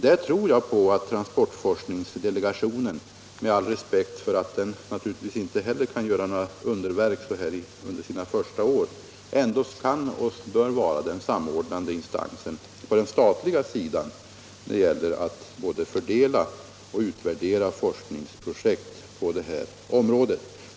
Där anser jag att transportforskningsdelegationen — med all respekt för att den naturligtvis inte heller kan göra några underverk under sina första verksamhetsår — kan och bör vara den samordnande instansen på den statliga sidan när det gäller att både fördela och utvärdera forskningsprojekt inom detta område.